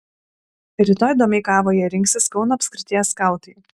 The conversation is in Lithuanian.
rytoj domeikavoje rinksis kauno apskrities skautai